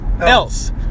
else